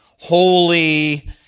holy